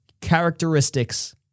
characteristics